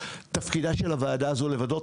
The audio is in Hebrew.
ותפקידה של הוועדה הזו הוא לוודא.